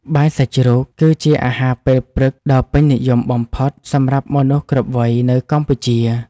បាយសាច់ជ្រូកគឺជាអាហារពេលព្រឹកដ៏ពេញនិយមបំផុត សម្រាប់មនុស្សគ្រប់វ័យនៅកម្ពុជា។